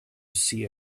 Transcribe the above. see